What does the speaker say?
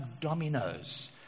dominoes